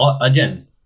Again